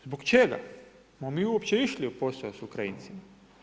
Zbog čega smo mi uopće išli u poslove sa Ukrajincima?